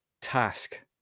task